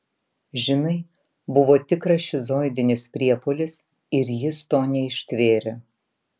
žinai buvo tikras šizoidinis priepuolis ir jis to neištvėrė